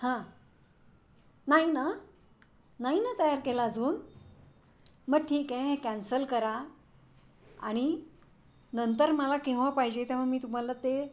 हां नाही ना नाही ना तयार केला अजून मग ठीक आहे हे कॅन्सल करा आणि नंतर मला केव्हा पाहिजे तेव्हा मी तुम्हाला ते